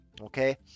okay